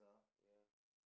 ya